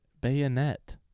Bayonet